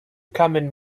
kamen